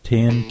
Ten